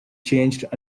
changed